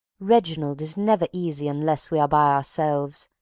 reginald is never easy unless we are by ourselves,